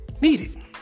needed